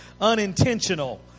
Unintentional